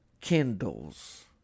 kindles